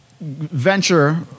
venture